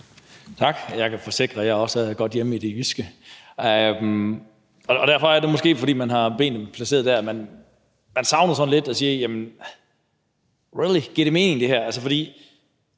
Tak. Jeg kan forsikre, at jeg også er godt hjemme i det jyske, og derfor er det måske, fordi man har benene placeret der, at man sådan lidt savner noget og siger: Jamen, giver det mening, det her! For